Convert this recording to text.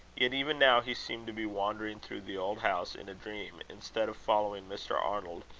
yet even now he seemed to be wandering through the old house in a dream, instead of following mr. arnold,